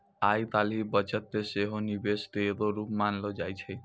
आइ काल्हि बचत के सेहो निवेशे के एगो रुप मानलो जाय छै